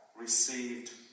received